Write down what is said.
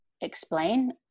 explain